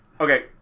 Okay